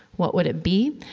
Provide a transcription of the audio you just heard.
what would it be?